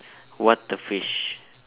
what the fish